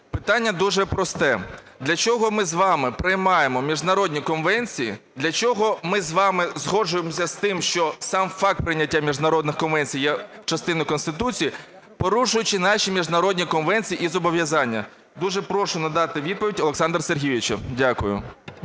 Питання дуже просте: для чого ми з вами приймаємо міжнародні конвенції? Для чого ми з вами згоджуємося з тим, що сам факт прийняття міжнародних конвенцій є частиною Конституції, порушуючи наші міжнародні конвенції і зобов'язання? Дуже прошу надати відповідь, Олександре Сергійовичу. Дякую.